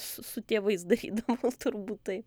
su su tėvais darydavau turbūt taip